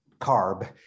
CARB